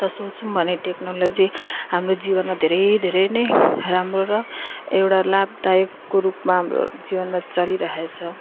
त सोच्यौँ भने टेक्नोलोजी हाम्रो जीवनमा धेरै धेरै नै राम्रो र एउटा लाभदायकको रूपमा हाम्रो जीवनमा चलिरहेको छ